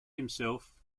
himself